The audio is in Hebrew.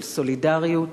של סולידריות